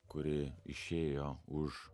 kuri išėjo už